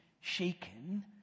shaken